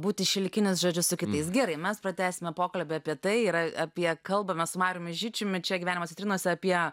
būti šilkinis žodžiu su kitais gerai mes pratęsime pokalbį apie tai yra apie kalbame su mariumi žičiumi čia gyvenimas vitrinose apie